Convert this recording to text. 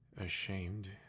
Ashamed